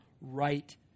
right